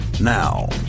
Now